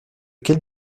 quelle